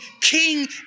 King